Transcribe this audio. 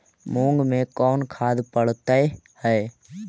मुंग मे कोन खाद पड़तै है?